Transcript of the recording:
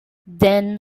then